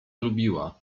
lubiła